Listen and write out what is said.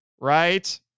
right